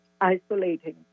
isolating